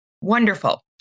Wonderful